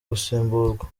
gusimburwa